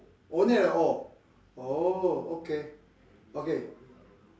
only at orh oh okay okay